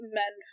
men